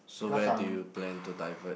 so where do you plan to divert